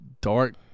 dark